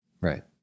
Right